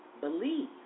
believe